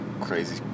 crazy